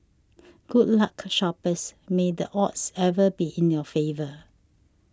good luck shoppers may the odds ever be in your favour